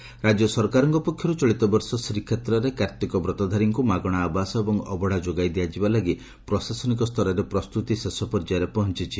ରାକ୍ୟ ସରକାରଙ୍କ ପକ୍ଷର୍ର ଚଳିତବର୍ଷ ଶ୍ରୀକ୍ଷେତ୍ରରେ କାର୍ଭିକବ୍ରତଧାରୀଙ୍କୁ ମାଗଣା ଆବାସ ଏବଂ ଅବଢା ଯୋଗାଇ ଦିଆଯିବା ଲାଗି ପ୍ରଶାସନିକ ସ୍ତରେ ପ୍ରସ୍ତୁତି ଶେଷ ପର୍ଯ୍ୟାୟରେ ପହଞ୍ଚିଛି